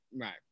right